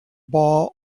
ball